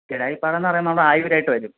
ജടായുപ്പാറ എന്നു പറയുന്നത് ആയൂർ ആയിട്ട് വരും